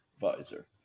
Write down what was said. visor